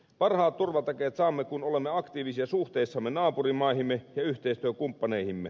parhaat turvatakeet saamme kun olemme aktiivisia suhteissamme naapurimaihimme ja yhteistyökumppaneihimme